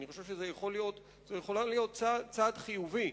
זה יכול להיות צעד חיובי.